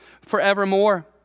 forevermore